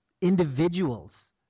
individuals